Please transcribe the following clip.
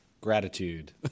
gratitude